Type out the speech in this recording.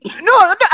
No